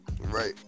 Right